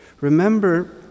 remember